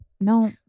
No